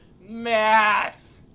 math